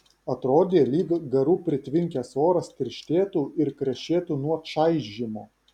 atrodė lyg garų pritvinkęs oras tirštėtų ir krešėtų nuo čaižymo